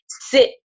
sit